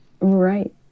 Right